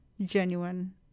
genuine